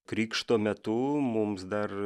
krikšto metu mums dar